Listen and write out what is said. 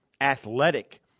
athletic